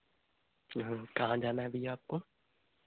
कहाँ जाना है भैया आपको